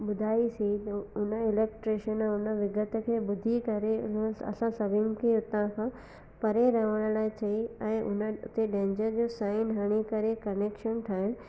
ॿुधाइसीं उन इलैक्ट्रीशन उन विघत खे ॿुधी करे उननि असां सभिनि खे हुतां खां परे रहण लाइ चई ऐं उन हुते डैंजर जो साइन हणी करे कनैक्शन ठाहिण